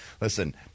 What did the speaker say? listen